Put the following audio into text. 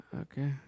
Okay